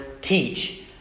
teach